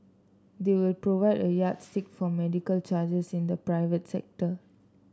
they will provide a yardstick for medical charges in the private sector